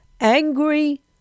angry